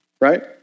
right